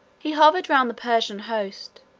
he hovered round the persian host,